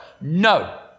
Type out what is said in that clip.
No